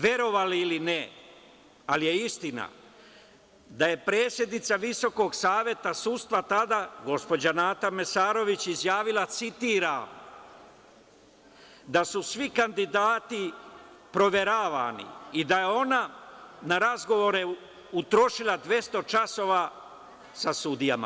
Verovali ili ne, ali je istina, da je predsednica Visokog saveta sudstva, tada gospođa Nata Mesarović, izjavila, citiram – da su svi kandidati proveravani i da je ona na razgovore utrošila 200 časova sa sudijama.